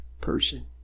person